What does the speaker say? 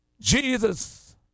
Jesus